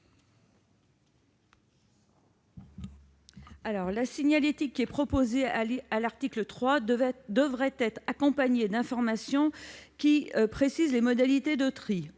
La signalétique proposée à l'article 3 devrait être accompagnée d'informations précisant les modalités de tri.